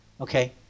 Okay